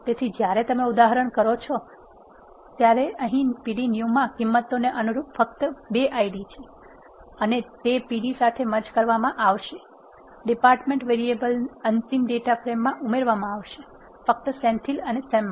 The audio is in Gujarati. તેથી જ્યારે તમે ઉદાહરણ કરો છો હવે અહીં pd new માં કિંમતોને અનુરૂપ ફક્ત 2 Id છે અને તે pd સાથે મર્જ કરવામાં આવશે ડીપાર્ટમેન્ટ વેરીએબલ અંતિમ ડેટા ફ્રેમમાં ઉમેરવામાં આવશે ફક્ત સેન્થિલ અને સેમ માટે